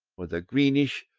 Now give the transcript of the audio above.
whether greenish,